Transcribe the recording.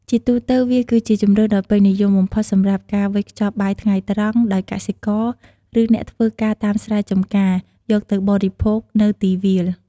ជាទូទៅ វាគឺជាជម្រើសដ៏ពេញនិយមបំផុតសម្រាប់ការ វេចខ្ចប់បាយថ្ងៃត្រង់ ដោយកសិករ ឬអ្នកធ្វើការតាមស្រែចម្ការ យកទៅបរិភោគនៅទីវាល។